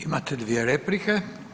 Imate dvije replike.